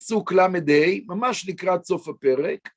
פסוק ל"ה, ממש לקראת סוף הפרק.